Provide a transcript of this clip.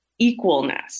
equalness